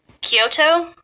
Kyoto